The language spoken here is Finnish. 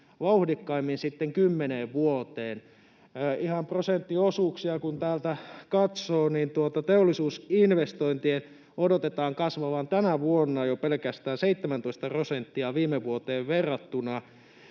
vauhdikkaimmin sitten 10 vuoteen. Ihan prosenttiosuuksia kun täältä katsoo, niin teollisuusinvestointien odotetaan kasvavan tänä vuonna pelkästään jo 17 prosenttia viime vuoteen verrattuna,